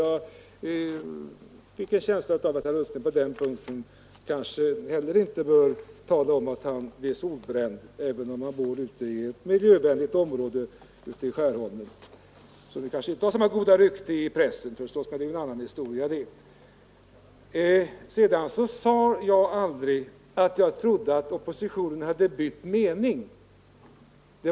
Jag fick en känsla av att herr Ullsten kanske inte heller på den punkten bör tala om att bli solbränd — även om han bor i ett miljövänligt område ute i Skärholmen — som visserligen kanske inte har samma goda rykte i pressen, men det är ju en annan historia. Vidare sade jag aldrig att jag trodde att oppositionen hade bytt mening.